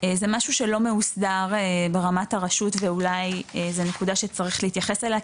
זה משהו שלא מהוסדר ברמת הרשות ואולי זו נקודה שצריך להתייחס אליה,